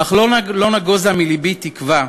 אך לא נגוזה מלבי תקווה,